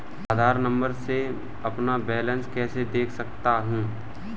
आधार नंबर से मैं अपना बैलेंस कैसे देख सकता हूँ?